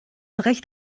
recht